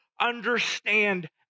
understand